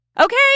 Okay